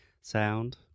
sound